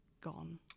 gone